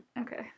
Okay